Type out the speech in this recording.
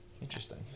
Interesting